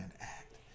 act